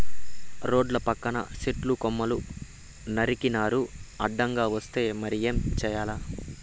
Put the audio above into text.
రోడ్ల పక్కన సెట్టు కొమ్మలు నరికినారు అడ్డంగా వస్తే మరి ఏం చేయాల